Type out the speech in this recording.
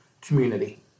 community